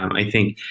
i think,